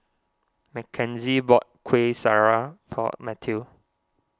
Mackenzie bought Kuih Syara for Matthew